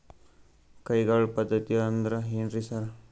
ಕೈಗಾಳ್ ಪದ್ಧತಿ ಅಂದ್ರ್ ಏನ್ರಿ ಸರ್?